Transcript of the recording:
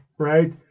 right